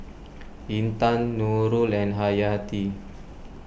Intan Nurul and Hayati